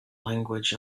language